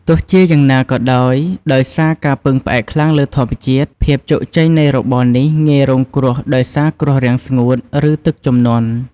ទោះជាយ៉ាងណាក៏ដោយ ដោយសារការពឹងផ្អែកខ្លាំងលើធម្មជាតិ ភាពជោគជ័យនៃរបរនេះងាយរងគ្រោះដោយសារគ្រោះរាំងស្ងួត ឬទឹកជំនន់។